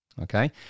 Okay